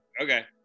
okay